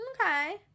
okay